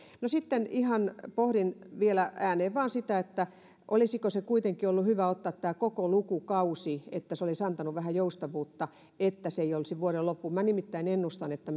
no sitten ihan pohdin vielä ääneen vain sitä olisiko kuitenkin ollut hyvä ottaa tämä koko lukukausi niin että se olisi antanut vähän joustavuutta eikä se olisi vuoden loppuun minä nimittäin ennustan että